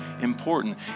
important